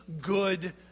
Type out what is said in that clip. good